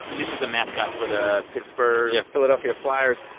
this is the mascot for the pittsburgh. yeah, philadelphia flyers.